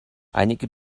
einige